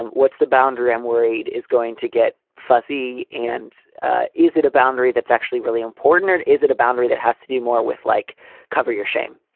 and what's the boundary? i'm worried is going to get fuzzy. and is it a boundary that's actually really important or and is it a boundary that has to do more with like cover your shame?